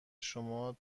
شما